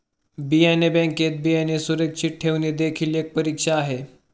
बियाणे बँकेत बियाणे सुरक्षित ठेवणे देखील एक परीक्षा आहे